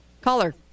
caller